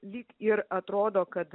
lyg ir atrodo kad